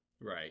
Right